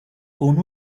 con